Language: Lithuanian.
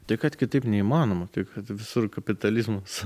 tik kad kitaip neįmanoma tai kad visur kapitalizmas